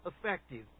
effective